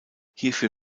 hierfür